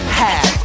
hat